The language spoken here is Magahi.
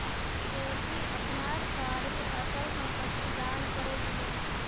तेजी अपनार सारी अचल संपत्ति दान करे दिले